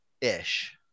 ish